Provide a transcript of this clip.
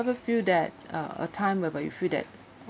ever feel that uh a time whereby you feel that